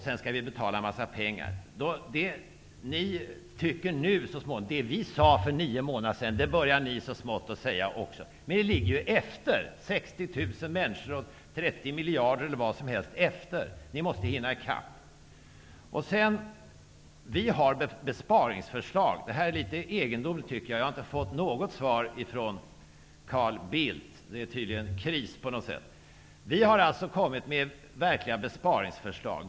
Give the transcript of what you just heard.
Sedan skall vi betala en massa pengar. Det vi sade för nio månader sedan böjar ni så smått att säga också. Men ni ligger ju efter med 60 000 människor och trettio miljarder. Ni måste hinna i kapp. Vi har besparingsförlag. Det är litet egendomligt att jag inte har fått något svar från Carl Bildt. Det är tydligen kris på något sätt. Vi har kommit med verkliga besparingsförslag.